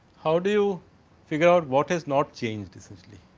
how do you figure out what is not change essentially.